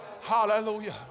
hallelujah